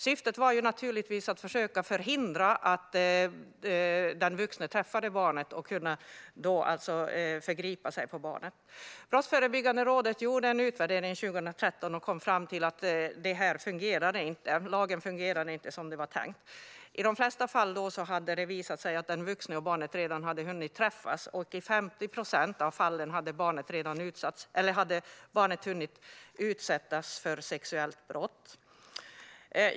Syftet var naturligtvis att försöka förhindra att den vuxne träffade barnet och kunde förgripa sig på barnet. Brottsförebyggande rådet gjorde en utvärdering 2013 och kom fram till att lagen inte fungerade som det var tänkt. I de flesta fall hade den vuxne och barnet redan hunnit träffas. I 50 procent av fallen hade barnet hunnit utsättas för sexuellt brott.